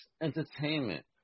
entertainment